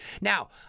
Now